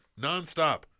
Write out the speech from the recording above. nonstop